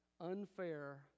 unfair